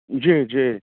जी जी